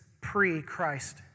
pre-Christ